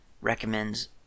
recommends